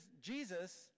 Jesus